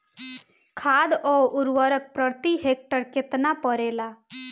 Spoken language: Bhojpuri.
खाद व उर्वरक प्रति हेक्टेयर केतना परेला?